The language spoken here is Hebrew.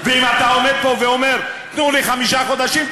ואם אתה עומד פה ואומר: תנו לי חמישה חודשים,